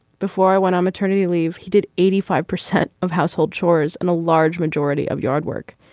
before i went on maternity leave he did eighty five percent of household chores and a large majority of yard work.